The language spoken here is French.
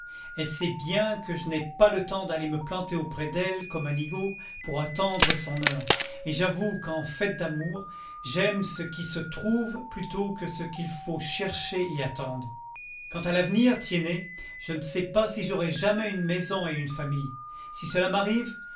elle sait bien que je n'ai pas le temps d'aller me planter auprès d'elle comme un nigaud pour attendre son heure et j'avoue qu'en fait d'amour j'aime ce qui se trouve plutôt que ce qu'il faut chercher et attendre quant à l'avenir tiennet je ne sais pas si j'aurai jamais une maison et une famille si cela m'arrive